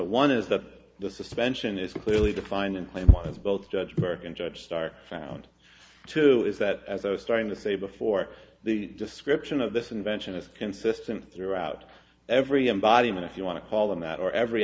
one is that the suspension is clearly defined in claymont of both judge burton judge starr found to is that as i was starting to say before the description of this invention is consistent throughout every embodiment if you want to call them that or every